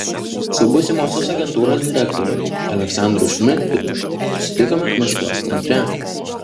su būsimosios agentūros direktoriumi aleksandru šmidtu susitikome maskvos centre